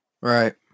Right